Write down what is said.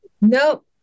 nope